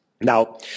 Now